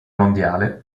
mondiale